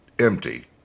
empty